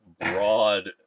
broad